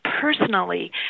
personally